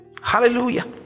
Hallelujah